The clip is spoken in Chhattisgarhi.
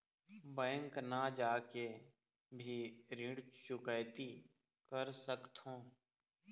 बैंक न जाके भी ऋण चुकैती कर सकथों?